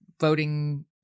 voting